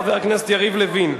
חבר הכנסת יריב לוין.